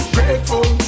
Grateful